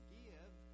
give